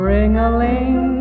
Ring-a-ling